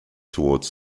towards